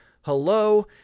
Hello